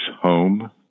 home